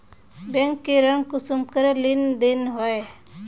Bank से ऋण कुंसम करे लेन देन होए?